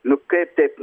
nu kaip taip